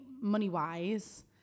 money-wise